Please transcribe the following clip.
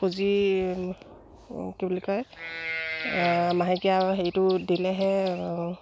পুঁজি কি বুলি কয় মাহেকীয়া আৰু হেৰিটো দিলেহে